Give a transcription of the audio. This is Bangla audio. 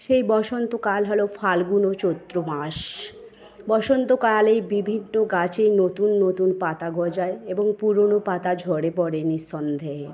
সেই বসন্তকাল হল ফাল্গুন ও চৈত্র মাস বসন্তকালে বিভিন্ন গাছে নতুন নতুন পাতা গজায় এবং পুরনো পাতা ঝরে পড়ে নিঃসন্দেহে